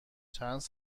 چند